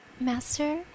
Master